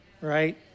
right